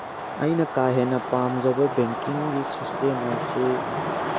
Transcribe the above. ꯑꯩꯅ ꯀꯥ ꯍꯦꯟꯅ ꯄꯥꯝꯖꯕ ꯕꯦꯡꯀꯤꯡꯒꯤ ꯁꯤꯁꯇꯦꯝ ꯑꯁꯤ